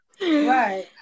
right